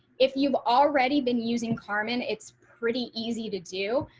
if you've already been using carmen, it's pretty easy to do.